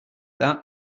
that